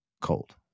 cold